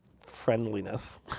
friendliness